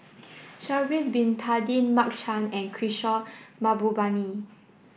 Sha'ari Bin Tadin Mark Chan and Kishore Mahbubani